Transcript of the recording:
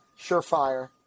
surefire